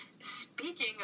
speaking